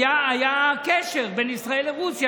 היה קשר בין ישראל לרוסיה,